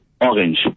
orange